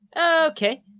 Okay